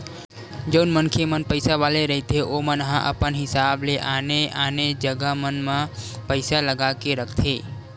जउन मनखे मन पइसा वाले रहिथे ओमन ह अपन हिसाब ले आने आने जगा मन म पइसा लगा के रखथे